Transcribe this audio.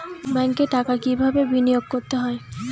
ব্যাংকে টাকা কিভাবে বিনোয়োগ করতে হয়?